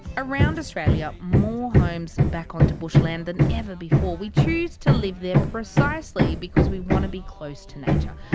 around australia, more homes back on to bushland than ever before. we choose to live there precisely because we want to be close to nature.